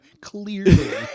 clearly